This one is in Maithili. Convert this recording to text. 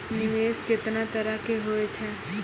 निवेश केतना तरह के होय छै?